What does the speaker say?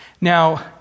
Now